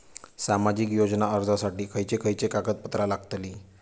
सामाजिक योजना अर्जासाठी खयचे खयचे कागदपत्रा लागतली?